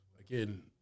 again